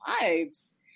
lives